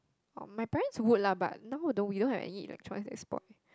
oh my parents would lah but now we don't have electronics that spoilt